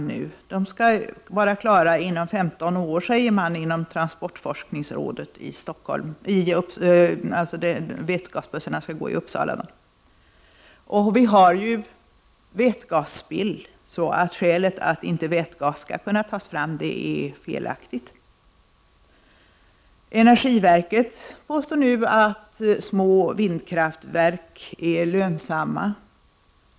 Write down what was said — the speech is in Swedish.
Inom transportforskningsrådet i Stockholm säger man att det inom 15 år skall finnas vätgasbussar som skall gå i Uppsala. Det finns ju nu vätgasspill, så det är felaktigt att säga att vätgas inte skulle kunna tas fram. Energiverket påstår nu att små vindkraftverk är lönsamma.